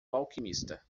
alquimista